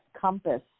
compass